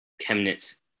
Chemnitz